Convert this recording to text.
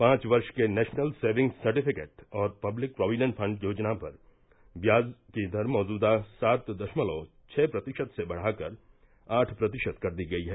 पांच वर्ष के नेशनल सेविंग्स सर्टिफिकेट और पब्लिक प्रॉविडेंट फंड योजना पर ब्याज की दर मौजूदा सात दशमलव छह प्रतिशत से बढ़ाकर आठ प्रतिशत कर दी गई है